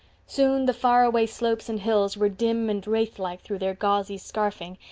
soon the far-away slopes and hills were dim and wraith-like through their gauzy scarfing,